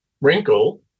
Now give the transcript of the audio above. wrinkle